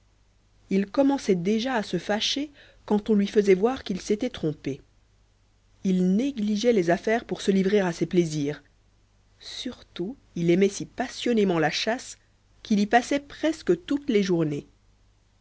il commençait déjà à se fâcher quand on lui faisait voir qu'il s'était trompé il négligeait ses affaires pour se divertir et sur-tout il aimait si passionnément la chasse qu'il y passait presque toutes les journées